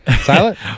Silent